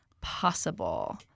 possible